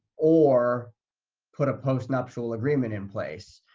or put a postnuptial agreement in place.